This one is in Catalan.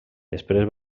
després